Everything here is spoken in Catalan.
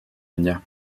enllà